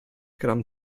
gramm